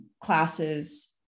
classes